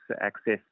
access